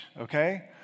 okay